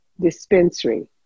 dispensary